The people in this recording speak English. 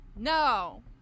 No